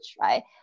right